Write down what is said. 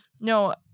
No